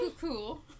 cool